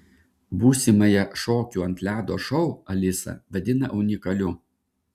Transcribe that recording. būsimąją šokių ant ledo šou alisa vadina unikaliu